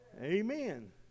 amen